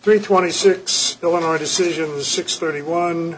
three twenty six illinois decision six thirty one